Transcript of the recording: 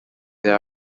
there